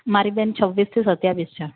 મારી બેન છવ્વીસથી સત્તાવીસ છે